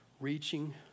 reaching